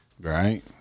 Right